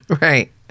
Right